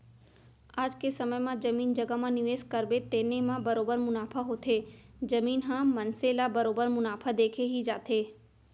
आज के समे म जमीन जघा म निवेस करबे तेने म बरोबर मुनाफा होथे, जमीन ह मनसे ल बरोबर मुनाफा देके ही जाथे